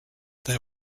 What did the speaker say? they